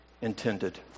intended